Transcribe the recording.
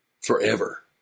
forever